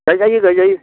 गायजायो गायजायो